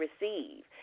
receive